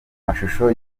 mashusho